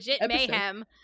mayhem